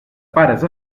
pares